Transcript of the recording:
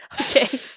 okay